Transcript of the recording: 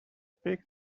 speak